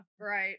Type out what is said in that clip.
right